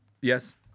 Yes